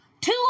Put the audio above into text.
Two